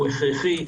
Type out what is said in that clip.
הכרחי,